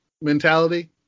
mentality